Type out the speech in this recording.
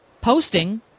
posting